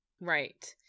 Right